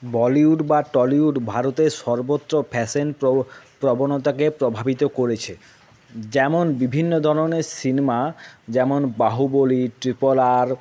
বলিউড বা টলিউড ভারতের সর্বত্র ফ্যাশন প্রব প্রবণতাকে প্রভাবিত করেছে যেমন বিভিন্ন ধরনের সিনেমা যেমন বাহুবলী ট্রিপল আর